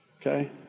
okay